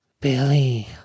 Billy